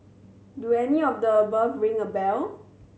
do any of the above ring a bell